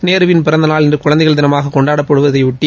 நேருவின் பிறந்த நாள் இன்று குழந்தைகள் தினமாக கொண்டாடப்படுவதையொட்டி